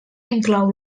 inclou